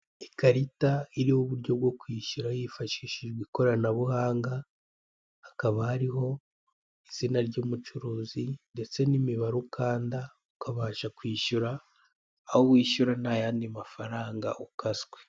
Ikarita iriho uburyo bwo kwishyura hifashishijwe ikoranabuhanga hakaba hariho izina ry'umucuruzi ndetse n'imibare ukanda ukabasha kwishyura aho wishyura ntayandi mafaranga ukatswe.